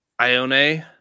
Ione